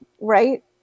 right